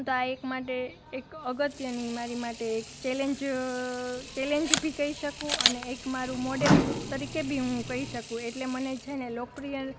તો આ એક માટે એક અગત્ય ની મારી માટે ચેલેન્જ ચેલેન્જ બી કહી શકું અને એક મારુ મોડેલ તરીકે બી હું કહી શકું એટલે મને છે ને લોકપ્રિય